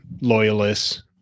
loyalists